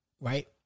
right